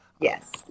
Yes